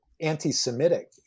anti-Semitic